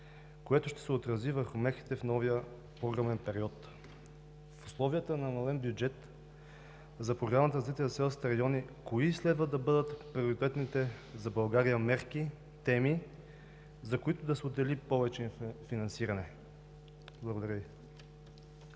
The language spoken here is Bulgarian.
което ще се отрази върху мерките в новия програмен период. В условията на намален бюджет за Програмата за развитие на селските райони кои следва да бъдат приоритетните за България мерки, теми, за които да се отдели повече финансиране? Благодаря Ви.